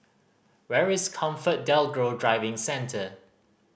where is ComfortDelGro Driving Centre